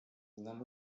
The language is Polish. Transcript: znam